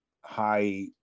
high